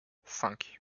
cinq